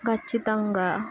ఖచ్చితంగా